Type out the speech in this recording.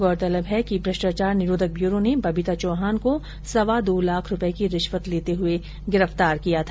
गौरतलब है कि भ्रष्टाचार निरोधक ब्यूरो ने बबीता चौहान को सवा दो लाख रुपए की रिश्वत लेते हुए गिरफ्तार किया था